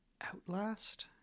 Outlast